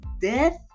death